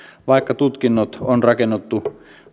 vaikka tutkinnot on rakennettu